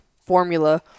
formula